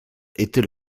était